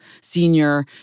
senior